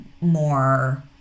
more